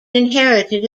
inherited